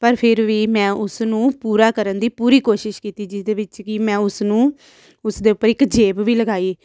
ਪਰ ਫਿਰ ਵੀ ਮੈਂ ਉਸ ਨੂੰ ਪੂਰਾ ਕਰਨ ਦੀ ਪੂਰੀ ਕੋਸ਼ਿਸ਼ ਕੀਤੀ ਜਿਸ ਦੇ ਵਿੱਚ ਕਿ ਮੈਂ ਉਸ ਨੂੰ ਉਸ ਦੇ ਉੱਪਰ ਇੱਕ ਜੇਬ ਵੀ ਲਗਾਈ